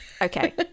okay